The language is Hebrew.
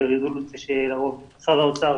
זה נושא שלרוב משרד האוצר